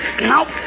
nope